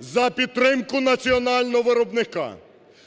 за підтримку національного виробника,